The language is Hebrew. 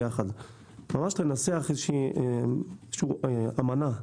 לנסח איזו אמנה,